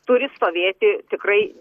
turi stovėti tikrai